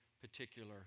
particular